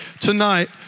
tonight